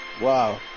Wow